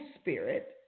Spirit